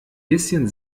bisschen